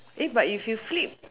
but if you flip